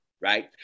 Right